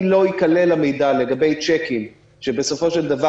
אם לא ייכלל המידע לגבי צ'קים שבסופו של דבר,